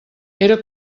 era